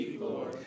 Lord